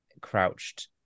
crouched